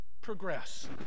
progress